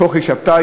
כוכי שבתאי,